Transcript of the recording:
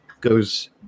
goes